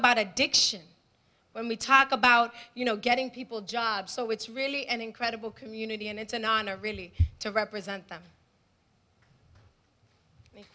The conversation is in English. about addiction when we talk about you know getting people jobs so it's really an incredible community and it's an honor really to represent th